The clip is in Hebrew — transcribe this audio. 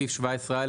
בסעיף 17(א),